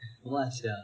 !wah! sia